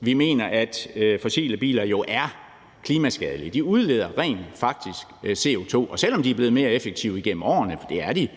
vi mener, at fossile biler jo er klimaskadelige. De udleder rent faktisk CO2. Og selv om de er blevet mere effektive igennem årene, for det er de,